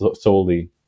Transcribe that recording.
solely